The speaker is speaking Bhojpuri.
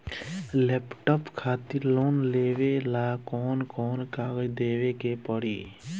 लैपटाप खातिर लोन लेवे ला कौन कौन कागज देवे के पड़ी?